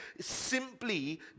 simply